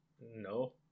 No